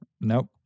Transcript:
Nope